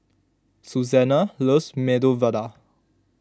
Susannah loves Medu Vada